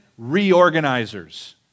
reorganizers